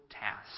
task